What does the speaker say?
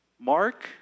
Mark